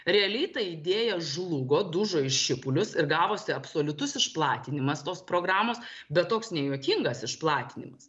realiai ta idėja žlugo dužo į šipulius ir gavosi absoliutus išplatinimas tos programos bet toks nejuokingas išplatinimas